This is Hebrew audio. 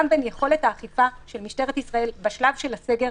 בין יכולת האכיפה של משטרת ישראל בשלב של הסגר,